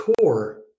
core